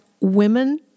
women